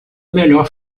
melhor